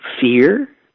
fear